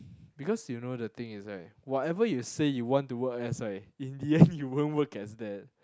because you know the thing is right whatever you say you want to work as right in the end you won't work as that